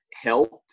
helped